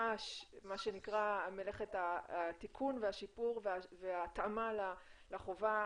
שמלאכת התיקון וההתאמה לחובה